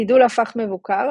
הגידול הפך מבוקר,